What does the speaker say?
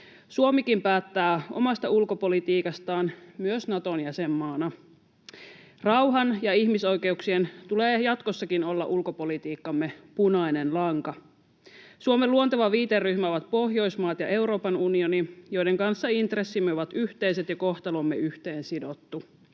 Suomikin päättää omasta ulkopolitiikastaan myös Naton jäsenmaana. Rauhan ja ihmisoikeuksien tulee jatkossakin olla ulkopolitiikkamme punainen lanka. Suomen luonteva viiteryhmä ovat Pohjoismaat ja Euroopan unioni, joiden kanssa intressimme ovat yhteiset ja kohtalomme yhteen sidottu.